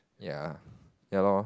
ya ya lor